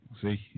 See